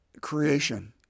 creation